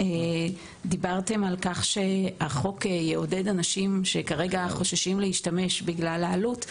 דיברתם על כך שהחוק יעודד אנשים שכרגע חוששים להשתמש בגלל העלות.